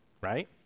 right